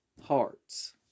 hearts